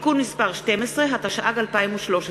(תיקון מס' 12), התשע"ג 2013,